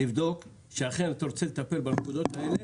לבדוק שאכן אתה רוצה לטפל בנקודות האלה